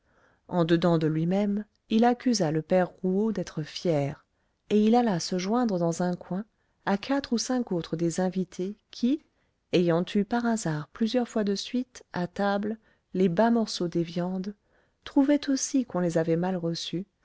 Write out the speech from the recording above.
en dedans de lui-même il accusa le père rouault d'être fier et il alla se joindre dans un coin à quatre ou cinq autres des invités qui ayant eu par hasard plusieurs fois de suite à table les bas morceaux des viandes trouvaient aussi qu'on les avait mal reçus